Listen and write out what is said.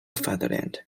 fatherland